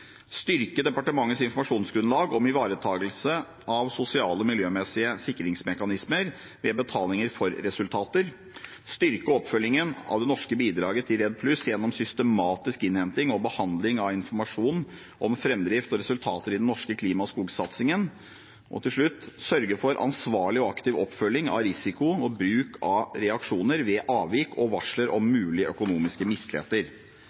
styrke departementets informasjonsgrunnlag om ivaretakelsen av sosiale og miljømessige sikringsmekanismer ved betaling for resultater styrke oppfølgingen av det norske bidraget til REDD+ gjennom systematisk innhenting og behandling av informasjon om framdrift og resultater i den norske klima- og skogsatsingen sørge for en ansvarlig og aktiv oppfølging av risiko og bruk av reaksjoner ved avvik og varsler om mulige økonomiske misligheter